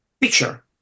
picture